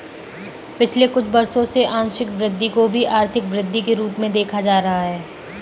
पिछले कुछ वर्षों से आंशिक वृद्धि को भी आर्थिक वृद्धि के रूप में देखा जा रहा है